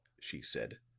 she said.